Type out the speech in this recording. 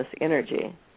energy